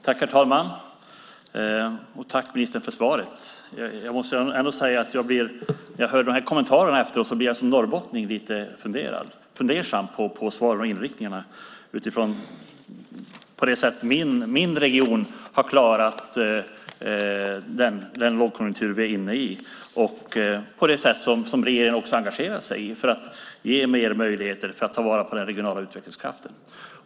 Herr talman! Tack, ministern, för svaret! När jag hör dessa kommentarer blir jag som norrbottning lite fundersam med tanke på hur min region har klarat den lågkonjunktur vi är inne i och hur regeringen har engagerat sig för att ge fler möjligheter att ta vara på den regionala utvecklingskraften.